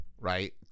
right